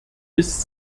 ist